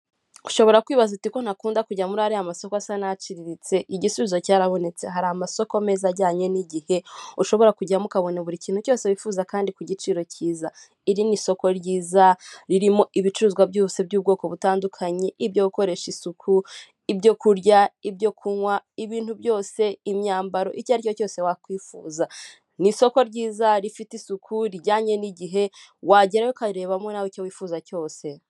Ishami rishinzwe ubucuruzi, kandi rinini cyane rifasha abaguzi kuba bagura bisanzuye mu gihe bakeneye ibyo kurya, bakaba babibona mu buryo bworoshye cyane.